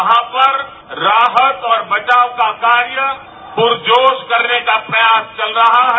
वहां पर राहत और बचाव का कार्य पुरजोर करने का प्रयास चल रहा है